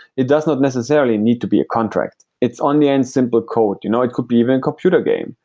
it does not necessarily need to be a contract. it's and and simple code. you know it could be even a computer game.